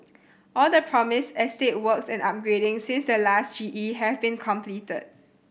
all the promised estate works and upgrading since the last G E have been completed